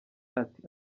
ati